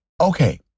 Okay